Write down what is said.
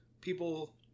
people